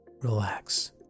relax